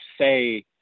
say